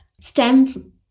stem